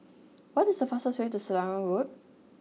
what is the fastest way to Selarang Road